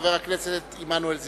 חבר הכנסת עמנואל זיסמן,